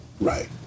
Right